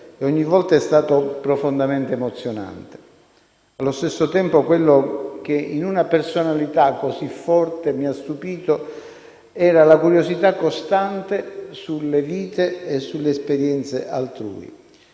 ogni volta, è stato profondamente emozionante. Allo stesso tempo ciò che in una personalità così forte mi ha stupito era la curiosità costante sulle vite e sulle esperienze altrui.